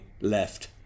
left